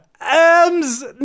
M's